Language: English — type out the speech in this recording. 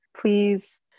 please